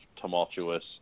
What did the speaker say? tumultuous